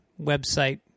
website